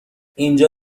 اینجا